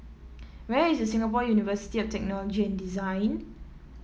where is Singapore University of Technology and Design